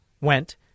went